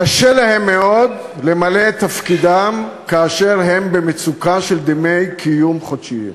קשה להם מאוד למלא את תפקידם כאשר הם במצוקה של דמי קיום חודשיים.